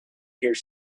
here